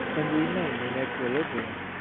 and remain in equilibrium.